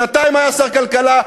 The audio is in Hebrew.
שנתיים היה שר הכלכלה,